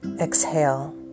Exhale